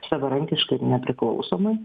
savarankiškai ir nepriklausomai